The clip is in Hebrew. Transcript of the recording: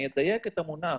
אני אדייק את המונח.